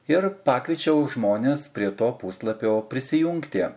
ir pakviečiau žmones prie to puslapio prisijungti